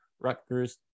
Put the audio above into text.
Rutgers